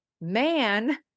man